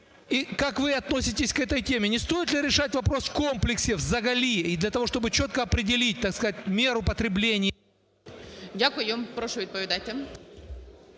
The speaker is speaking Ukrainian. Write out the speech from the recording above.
Дякую. Прошу, відповідайте.